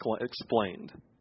explained